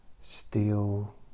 steel